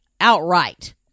outright